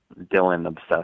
Dylan-obsessed